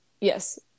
Yes